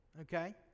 okay